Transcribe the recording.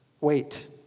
wait